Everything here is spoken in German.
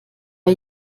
bei